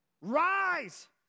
rise